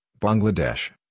Bangladesh